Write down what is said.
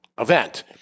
event